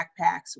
backpacks